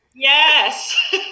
Yes